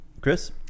Chris